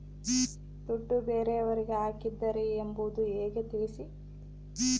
ದುಡ್ಡು ಬೇರೆಯವರಿಗೆ ಹಾಕಿದ್ದಾರೆ ಎಂಬುದು ಹೇಗೆ ತಿಳಿಸಿ?